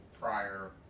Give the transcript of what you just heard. prior